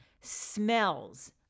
smells